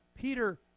Peter